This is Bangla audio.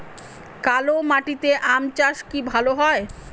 কালো মাটিতে আম চাষ কি ভালো হয়?